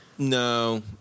No